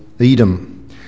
Edom